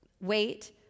Wait